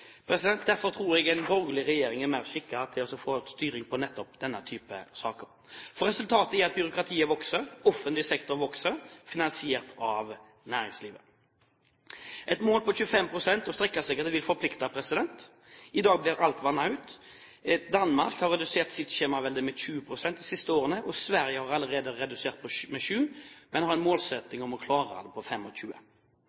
Derfor tror jeg en borgerlig regjering er mer skikket til å få styring på nettopp denne type saker. For resultatet er at byråkratiet vokser, offentlig sektor vokser – finansiert av næringslivet. Et mål på 25 pst. å strekke seg etter vil forplikte. I dag blir alt vannet ut. Danmark har redusert sitt skjemavelde med 20 pst. de siste årene, Sverige har allerede redusert med 7 pst., men har en